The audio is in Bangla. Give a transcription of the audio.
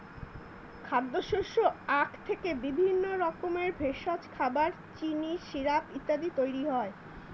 খাদ্যশস্য আখ থেকে বিভিন্ন রকমের ভেষজ, খাবার, চিনি, সিরাপ ইত্যাদি তৈরি হয়